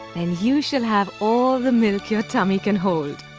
then you shall have all the milk your tummy can hold.